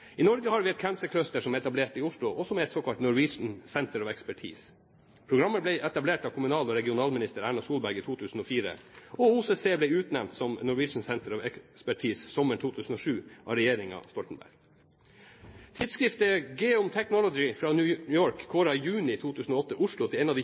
I Norge har vi et Cancer Cluster som er etablert i Oslo, og som er et såkalt Norwegian Centre of Expertise. Programmet ble etablert av kommunal- og regionalminister Erna Solberg i 2004, og OCC ble utnevnt som Norwegian Centre of Expertise, sommeren 2007, av regjeringen Stoltenberg. Tidsskriftet Genome Technology fra New York kåret i juni 2008 Oslo til en av de